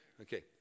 Okay